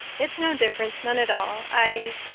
it's no difference. none at all, i.